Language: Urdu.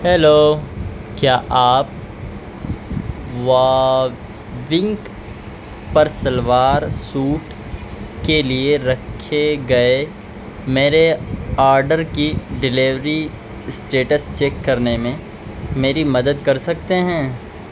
ہیلو کیا آپ واونک پر شلوار سوٹ کے لیے رکھے گئے میرے آرڈر کی ڈیلیوری اسٹیٹس چیک کرنے میں میری مدد کر سکتے ہیں